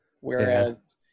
Whereas